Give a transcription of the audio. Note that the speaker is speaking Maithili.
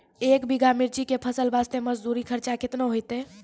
एक बीघा मिर्ची के फसल वास्ते मजदूरी खर्चा केतना होइते?